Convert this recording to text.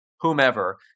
whomever